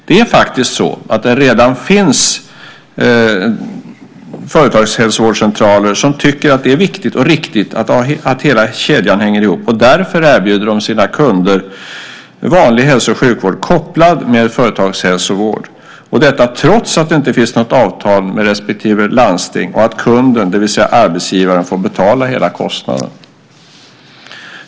Det är faktiskt så att det redan finns företagshälsovårdscentraler som tycker att det är viktigt och riktigt att hela kedjan hänger ihop och därför erbjuder sina kunder vanlig hälso och sjukvård kopplad med företagshälsovård, trots att det inte finns något avtal med respektive landsting och att kunden, det vill säga arbetsgivaren, får betala hela kostnaden.